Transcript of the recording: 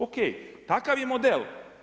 OK, takav je model.